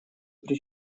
при